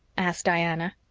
asked diana.